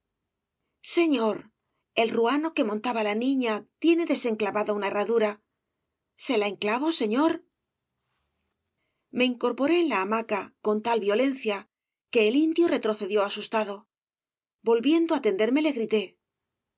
señor el ruano que montaba la niña tiedesenclavada una herradura se la enclavo señor me incorporé en la hamaca con tal violenfc obras de valle inclan tfs cia que el indio retrocedió asustado volviendo á tenderme le grité